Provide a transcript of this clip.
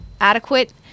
adequate